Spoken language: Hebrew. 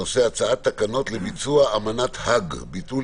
הנושא: הצעת תקנות לביצוע אמנת האג (ביטול